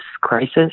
crisis